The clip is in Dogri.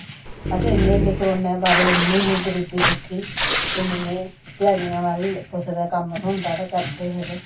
असें करोने दे बारे च इन्नी इन्नी गरीबी दिक्खी ते इन्नी इन्नी ध्याडियां लाई कुसै दे कम्म थ्होंदा हा ते करदे हे